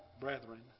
brethren